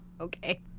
Okay